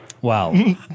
Wow